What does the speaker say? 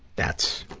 that's,